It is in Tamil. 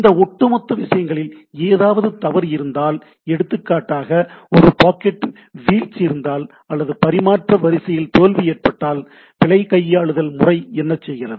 இந்த ஒட்டுமொத்த விஷயங்களில் ஏதாவது தவறு இருந்தால் எடுத்துக்காட்டாக ஒரு பாக்கெட் வீழ்ச்சி இருந்தால் அல்லது பரிமாற்ற வரிசையில் தோல்வி ஏற்பட்டால் பிழை கையாளுதல் முறை என்ன செய்கிறது